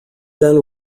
then